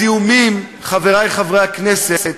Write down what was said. הזיהומים, חברי חברי הכנסת,